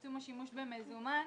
צמצום השימוש במזומן,